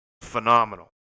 phenomenal